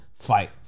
Fight